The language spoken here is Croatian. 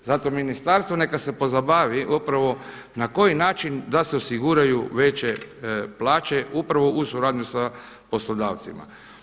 Zato ministarstvo neka se pozabavi upravo na koji način da se osiguraju veće plaće upravo u suradnji sa poslodavcima.